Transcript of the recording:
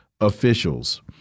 officials